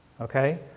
Okay